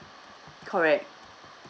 correct